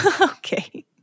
Okay